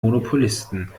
monopolisten